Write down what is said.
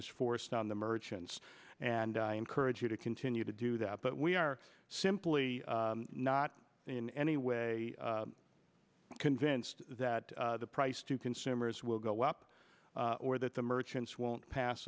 is forced on the merchants and i encourage you to continue to do that but we are simply not in any way convinced that the price to consumers will go up or that the merchants won't pass